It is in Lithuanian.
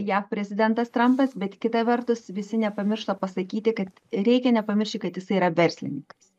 jav prezidentas trampas bet kita vertus visi nepamiršta pasakyti kad reikia nepamiršti kad jisai yra verslininkas